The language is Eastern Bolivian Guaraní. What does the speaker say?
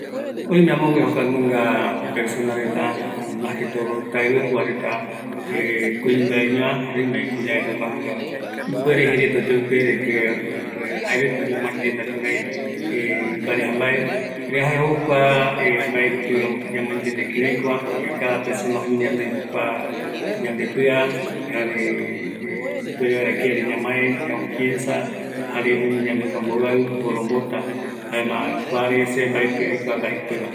Oïmeko aipo kua yembongueta oyapova reta kuñataï jare kunumi reta, oikovaera ipaqreja mbae, erei yandeko oïme ñanoï mborombota, jaema jokua ngara ñamoamɨrï, jokua oaja yave jaeko traicion oayapo